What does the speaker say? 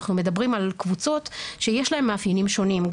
אנחנו מדברים על קבוצות שיש להן מאפיינים שונים.